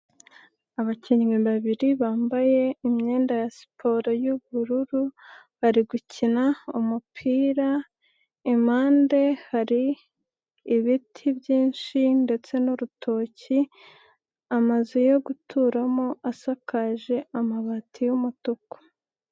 Abakinnyi babiri bambaye imyenda ya siporo y'ubururu, bari gukina umupira impande hari, ibiti byinshi ndetse n'urutoki, amazu yo guturamo asakaje amabati y'umutuku.